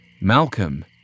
Malcolm